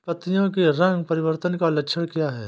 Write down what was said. पत्तियों के रंग परिवर्तन का लक्षण क्या है?